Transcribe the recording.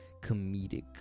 comedic